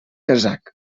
kazakh